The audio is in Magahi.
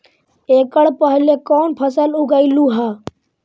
एकड़ पहले कौन फसल उगएलू हा?